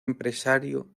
empresario